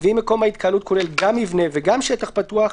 ואם מקום ההתקהלות כולל גם מבנה וגם שטח פתוח,